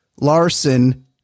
Larson